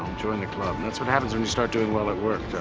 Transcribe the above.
join the club. that's what happens when you start doing well at work,